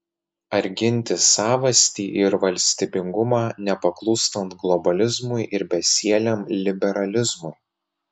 ar ginti savastį ir valstybingumą nepaklūstant globalizmui ir besieliam liberalizmui